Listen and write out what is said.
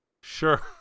Sure